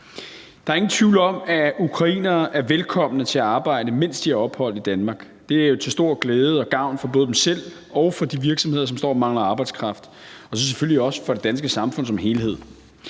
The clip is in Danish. Der er ingen tvivl om, at ukrainere er velkomne til at arbejde, mens de har ophold i Danmark, for det er jo til stor glæde og gavn for både dem selv og for de virksomheder, som står og mangler arbejdskraft, og selvfølgelig også for det danske samfund som helhed.